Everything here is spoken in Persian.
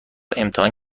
امتحان